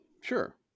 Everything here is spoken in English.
Sure